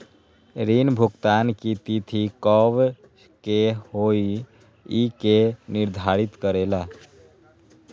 ऋण भुगतान की तिथि कव के होई इ के निर्धारित करेला?